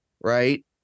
right